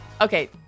okay